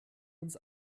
uns